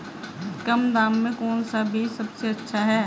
कम दाम में कौन सा बीज सबसे अच्छा है?